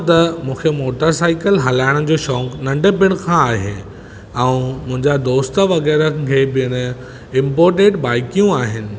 त मूंखे motorcycle हलाइण जो शोक़ु नंढपण खां आहे ऐं मुंहिंजा दोस्त वग़ैरहनि खे पिणु इम्पोटेड बाइकियूं आहिनि